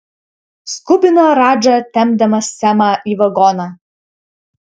skubino radža tempdamas semą į vagoną